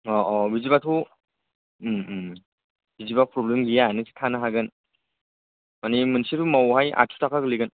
अह अह बिदिबाथ' उम उम बिदिबा प्रब्लेम गैया नोंसोर थानो हागोन माने मोनसे रुमावहाय आतस' ताखा गोलैगोन